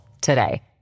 today